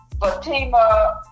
fatima